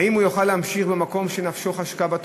האם הוא יוכל להמשיך במקום שנפשו חשקה בו,